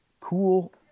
cool